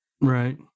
right